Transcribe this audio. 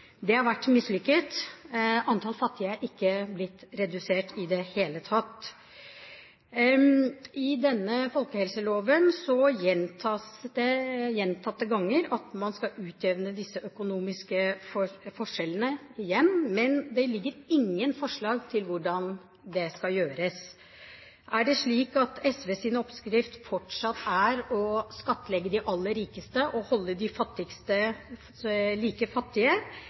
Det har vært mislykket. Antall fattige er ikke blitt redusert i det hele tatt. I forbindelse med denne folkehelseloven gjentas det gjentatte ganger at man skal utjevne disse økonomiske forskjellene, men det ligger ingen forslag til hvordan det skal gjøres. Er det slik at SVs oppskrift fortsatt er å skattlegge de aller rikeste og holde de fattigste like fattige,